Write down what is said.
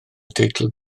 teitl